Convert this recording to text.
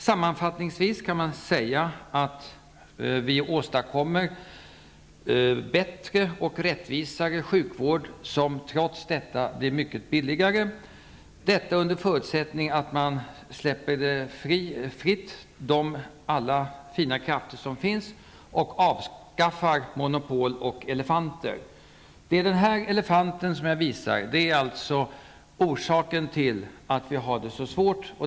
Sammanfattningsvis kan sägas vi föreslår bättre och rättvisare sjukvård, som trots detta blir mycket billigare, under förutsättning att man släpper de alla fina krafter som finns fria och avskaffar monopol och ''elefanter''. Det är just elefanterna, som jag här visar en bild på, som är orsaken till att vi har det så svårt.